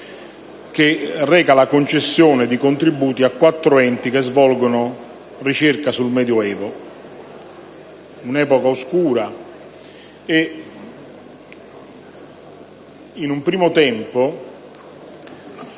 che reca la concessione di contributi a quattro enti che svolgono ricerca sul Medioevo, un'epoca oscura. In un primo tempo,